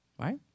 right